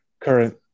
current